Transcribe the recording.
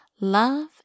Love